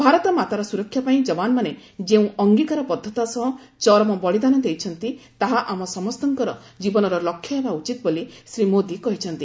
ଭାରତମାତାର ସୁରକ୍ଷା ପାଇଁ ଯବାନମାନେ ଯେଉଁ ଅଙ୍ଗିକାରବଦ୍ଧତା ସହ ଚରମ ବଳିଦାନ ଦେଇଛନ୍ତି ତାହା ଆମ ସମସ୍ତଙ୍କର ଜୀବନର ଲକ୍ଷ୍ୟ ହେବା ଉଚିତ ବୋଲି ଶ୍ରୀ ମୋଦୀ କହିଛନ୍ତି